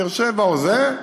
באר שבע או זה,